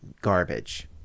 garbage